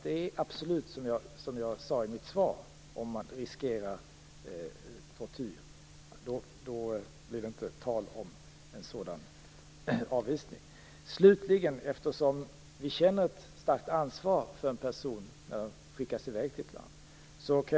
Det är definitivt så som jag sade i mitt svar, nämligen att om man riskerar tortyr blir det inte tal om avvisning. Slutligen: Vi känner ett starkt ansvar för en person som skickas i väg till ett annat land.